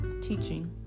teaching